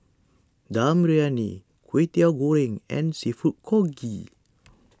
Dum Briyani Kwetiau Goreng and Seafood Congee